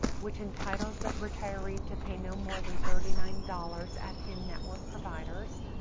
which entitles the retiree to pay no more than thirty nine dollars at in-network providers,